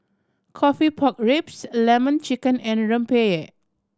coffee pork ribs Lemon Chicken and rempeyek